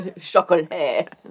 Chocolat